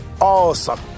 Awesome